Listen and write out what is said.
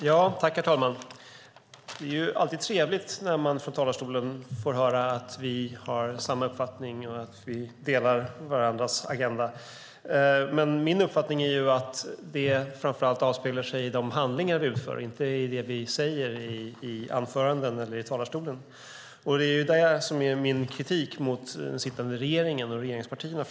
Herr talman! Det är alltid trevligt när man får höra från talarstolen att vi har samma uppfattning och att vi delar varandras agenda, men det är min uppfattning att det framför allt avspeglar sig i den handling vi utför och inte i det vi säger i anföranden i talarstolen. Det är det som är min kritik mot den sittande regeringen och mot regeringspartierna.